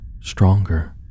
stronger